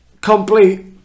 complete